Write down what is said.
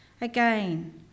Again